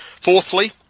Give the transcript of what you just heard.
Fourthly